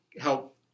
help